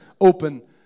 open